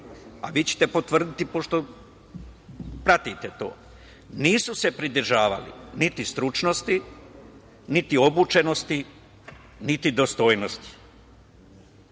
a vi ćete potvrditi pošto pratite to, nisu se pridržavali niti stručnosti, niti obučenosti, niti dostojnosti.